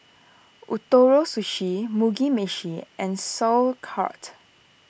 Ootoro Sushi Mugi Meshi and Sauerkraut